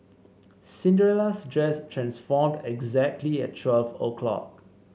Cinderella's dress transformed exactly at twelve o'clock